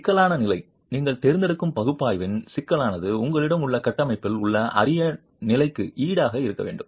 சிக்கலான நிலை நீங்கள் தேர்ந்தெடுக்கும் பகுப்பாய்வின் சிக்கலானது உங்களிடம் உள்ள கட்டமைப்பில் உள்ள அறிவு நிலைக்கு ஈடான இருக்க வேண்டும்